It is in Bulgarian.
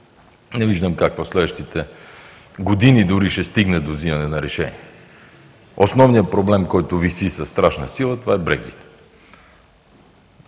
не виждам как в следващите години дори ще се стигне до взимане на решение. Основният проблем, който виси със страшна сила, това е Брекзит